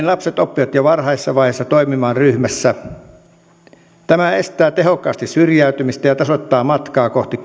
lapset oppivat jo varhaisessa vaiheessa toimimaan ryhmässä tämä estää tehokkaasti syrjäytymistä ja tasoittaa matkaa kohti